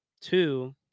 two